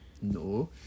No